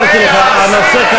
חבר הכנסת בר, אמרתי לך, הנושא כרגע